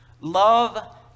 Love